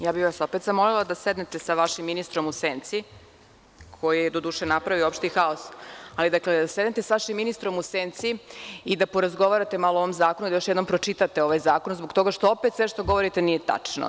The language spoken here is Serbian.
Opet bih vas zamolila da sednete sa vašim ministrom u senci koji je do duše napravio opšti haos, ali da sednete sa vašim ministrom u senci i da porazgovarate malo o ovom zakonu i da još jednom pročitate ovaj zakon zbog toga što opet sve što govorite nije tačno.